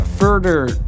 further